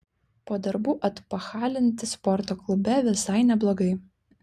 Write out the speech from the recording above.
po darbų atpachalinti sporto klube visai neblogai